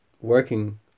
working